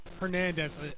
Hernandez